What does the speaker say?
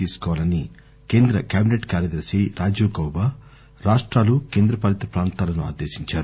తీసుకోవాలని కేంద్ర క్యాబినెట్ కార్యదర్ని రాజీవ్ గౌబా రాష్టాలు కేంద్ర పాలిత ప్రాంతాలను ఆదేశించారు